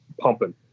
pumping